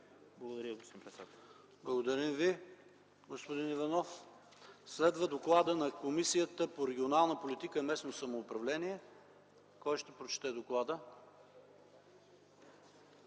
ПАВЕЛ ШОПОВ: Благодаря Ви, господин Иванов. Следва докладът на Комисията по регионална политика и местно самоуправление. Кой ще прочете доклада